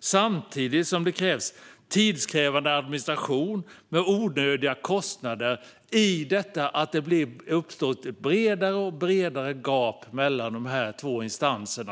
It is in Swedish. samtidigt som det krävs tidskrävande administration med onödiga kostnader eftersom ett allt bredare gap uppstår mellan de båda instanserna.